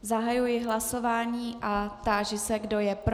Zahajuji hlasování a táži se, kdo je pro.